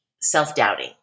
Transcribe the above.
self-doubting